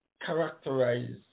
characterize